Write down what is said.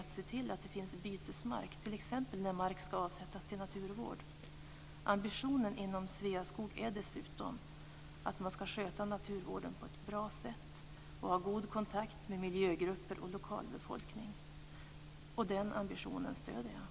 Även detta har utlovats av